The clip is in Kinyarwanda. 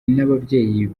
n’ababyeyi